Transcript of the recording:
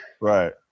Right